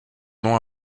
nom